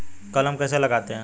कलम कैसे लगाते हैं?